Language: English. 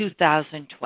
2012